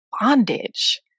bondage